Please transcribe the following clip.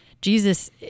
Jesus